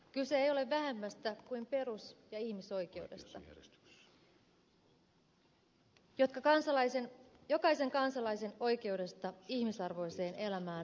kyse ei ole vähemmästä kuin perus ja ihmisoikeudesta jokaisen kansalaisen oikeudesta ihmisarvoiseen elämään ja vanhuuteen